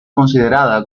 considerada